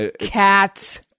cats